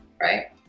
right